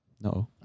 No